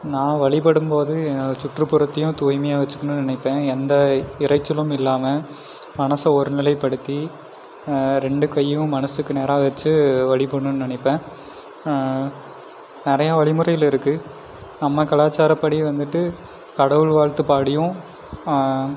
நான் வழிபடும் போது சுற்றுப்புறத்தையும் தூய்மையாக வச்சுக்கணும்னு நினைப்பேன் எந்த இரைச்சலும் இல்லாமல் மனசை ஒருநிலைப்படுத்தி ரெண்டு கையும் மனசுக்கு நேராக வச்சு வழிபடணும்னு நினைப்பேன் நிறையா வழிமுறைகள் இருக்கு நம்ம கலாச்சாரப்படி வந்துவிட்டு கடவுள் வாழ்த்து பாடியும்